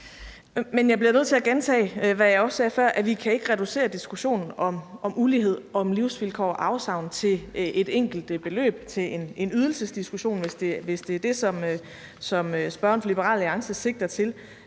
Men jeg bliver nødt til at gentage, hvad jeg også sagde før, nemlig at vi ikke kan reducere diskussionen om ulighed og om livsvilkår og afsavn til et enkelt beløb og til en ydelsesdiskussion, hvis det er det, som spørgeren fra Liberal Alliance sigter til.